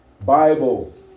Bible